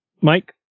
Mike